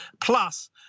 plus